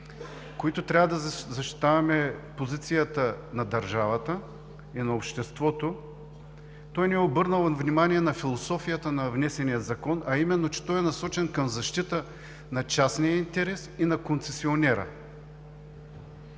които трябва да защитаваме позицията на държавата и на обществото, той не е обърнал внимание на философията на внесения Закон, а именно, че е насочен към защита на частния интерес и на концесионера.